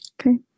Okay